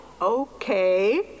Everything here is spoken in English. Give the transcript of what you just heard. Okay